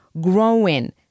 growing